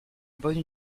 bonne